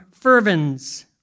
fervens